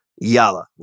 Yalla